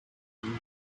jugent